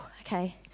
okay